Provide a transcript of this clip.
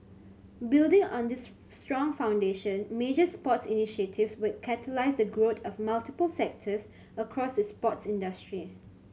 building on this strong foundation major sports initiatives will catalyse the growth of multiple sectors across the sports industry